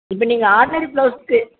இப்போ நீங்கள் ஆர்ட்னரி ப்ளவுஸ்க்கு